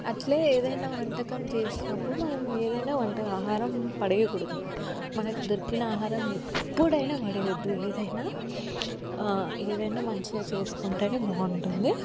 అట్లే ఏదయినా వంటకం చేసినప్పుడు మనం ఏదయినా వంటకి ఆహారం పడేయకూడదు మనకి దొరికిన ఆహారం ఎప్పుడయినా పడేయద్దు ఏదయినా ఏదయినా మంచిగా చేసుకుంటేనే బాగుంటుంది